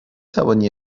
توانی